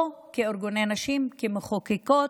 פה כארגוני נשים, כמחוקקות,